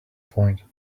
point